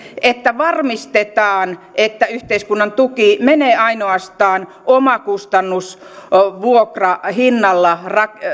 että varmistetaan että yhteiskunnan tuki menee ainoastaan omakustannusvuokrahinnalla